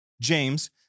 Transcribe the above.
James